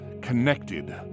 connected